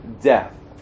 death